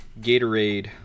Gatorade